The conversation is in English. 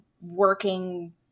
working